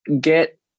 get